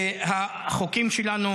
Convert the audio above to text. והחוקים שלנו